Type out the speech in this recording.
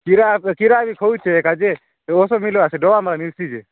ପିରା ପିରା ବି ଖାଉଛେ କା ଯେ ଯେଉଁ ଔଷଧ ମିଲ୍ରୁ ଆସେ ଡବାମାନେ ମିଶିକି